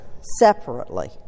separately